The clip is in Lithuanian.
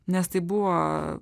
nes tai buvo